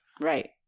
Right